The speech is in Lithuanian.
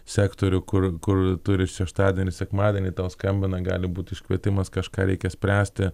sektorių kur kur turi šeštadienį ir sekmadienį tau skambina gali būt iškvietimas kažką reikia spręsti